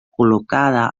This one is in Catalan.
col·locada